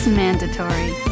mandatory